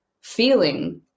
feeling